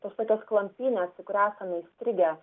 tos tokios klampynės į kurią esam įstrigę